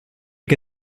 che